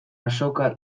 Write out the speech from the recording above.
azoka